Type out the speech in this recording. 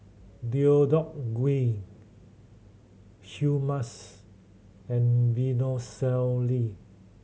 Deodeok Gui Hummus and Vermicelli